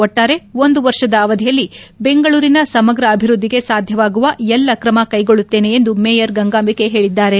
ಒಟ್ಟಾರೆ ಒಂದು ವರ್ಷದ ಅವಧಿಯಲ್ಲಿ ಬೆಂಗಳೂರಿನ ಸಮಗ್ರ ಅಭಿವ್ಯದ್ಧಿಗೆ ಸಾಧ್ಯವಾಗುವ ಎಲ್ಲ ಕ್ರಮ ಕೈಗೊಳ್ಳುತ್ತೇನೆ ಎಂದು ಮೇಯರ್ ಗಂಗಾಂಬಿಕೆ ಹೇಳಿದರು